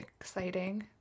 Exciting